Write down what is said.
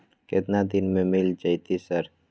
केतना दिन में मिल जयते सर?